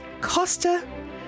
Costa